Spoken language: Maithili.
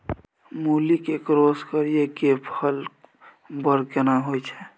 मूली के क्रॉस करिये के फल बर केना होय छै?